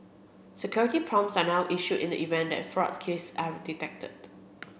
security prompts are now issued in the event that fraud risks are detected